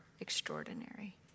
extraordinary